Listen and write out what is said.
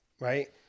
right